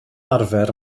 arfer